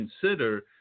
consider